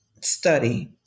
study